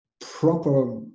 proper